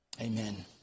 Amen